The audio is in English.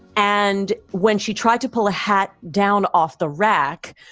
and when she tried to pull a hat down off the rack,